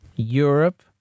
Europe